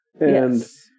Yes